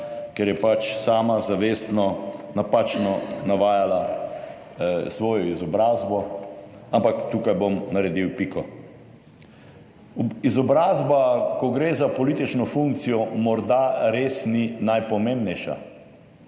ker je sama zavestno napačno navajala svojo izobrazbo, ampak tukaj bom naredil piko. Izobrazba, ko gre za politično funkcijo, morda res ni najpomembnejša,